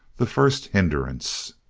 the first hindrance.